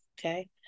okay